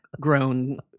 grown